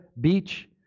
Beach